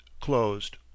closed